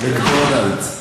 "מקדונלד'ס".